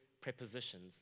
prepositions